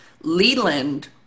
Leland